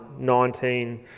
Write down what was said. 19